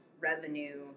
revenue